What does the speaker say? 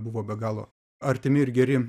buvo be galo artimi ir geri